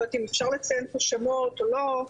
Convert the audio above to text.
אני לא יודעת אם אפשר לציין פה שמות או לא,